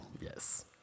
Yes